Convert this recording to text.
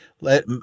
let